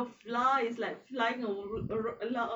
the flour is like flying a ru~ ro~ lah